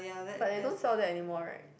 but they don't sell that anymore right